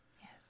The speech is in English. Yes